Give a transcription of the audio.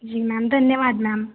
जी ma'am धन्यवाद ma'am